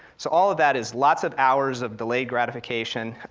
so all of that is lots of hours of delayed gratification.